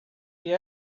you